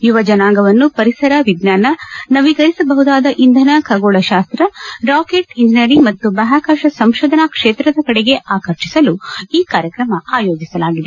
ಯುವ ಜನಾಂಗವನ್ನು ಪರಿಸರ ವಿಜ್ಞಾನ ನವೀಕರಿಸಬಹುದಾದ ಇಂಧನ ಖಗೋಳಶಾಸ್ತ ರಾಕೆಟ್ ಎಂಜಿನಿಯರಿಂಗ್ ಮತ್ತು ಬಾಹ್ಯಾಕಾಶ ಸಂಶೋಧನಾ ಕ್ಷೇತ್ರದ ಕಡೆಗೆ ಆಕರ್ಷಿಸಲು ಮಾಡಲು ಈ ಕಾರ್ಯಕ್ರಮ ಆಯೋಜಿಸಲಾಗಿದೆ